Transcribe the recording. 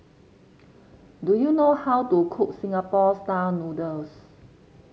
do you know how to cook Singapore style noodles